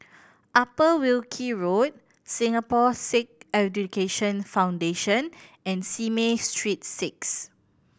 Upper Wilkie Road Singapore Sikh Education Foundation and Simei Street Six